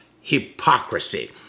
hypocrisy